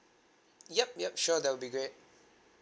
yup yup sure that'll be great